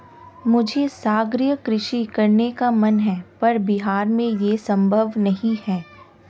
मुझे सागरीय कृषि करने का मन है पर बिहार में ये संभव नहीं है